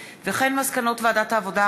מסקנות ועדת העבודה,